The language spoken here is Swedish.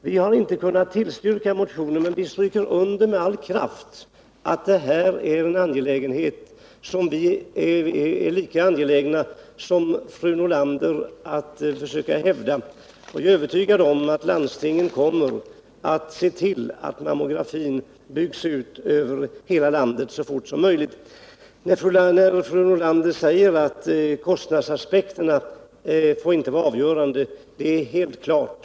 Vi har inte kunnat tillstyrka motionen, men vi stryker under med all kraft att det här är en angelägenhet som vi är lika måna som fru Nordlander om att försöka hävda. Och jag är övertygad om att landstingen kommer att se till att mammografin byggs ut över hela landet så fort som möjligt. När fru Nordlander säger att kostnadsaspekterna inte får vara avgörande vill jag säga: Det är helt klart.